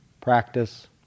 practice